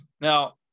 Now